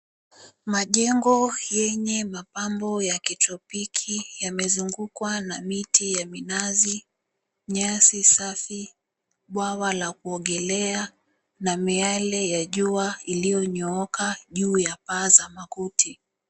Majengo yenye mapambo ya kitropiki yamezungukwa na miti ya minazi, nyasi safi, bwawa la kuogelea na miale ya jua iliyo nyooka juu ya paa za makuti.